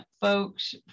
folks